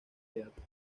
teatro